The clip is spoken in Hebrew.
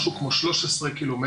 משהו כמו 13 ק"מ,